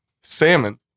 salmon